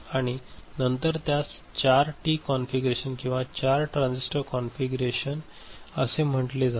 आणि नंतर त्यास 4 टी कॉन्फिगरेशन किंवा 4 ट्रांजिस्टर कॉन्फिगरेशन असे म्हटले जाते